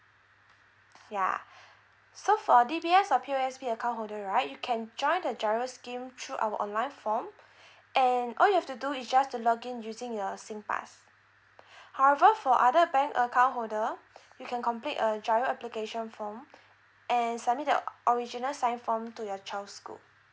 ya so for D_B_S or P_O_S_B account holder right you can join the GIRO scheme through our online form and all you have to do is just to login using your singpass however for other bank account holder you can complete a GIRO application form and submit the original signed form to your child's school